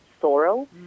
sorrel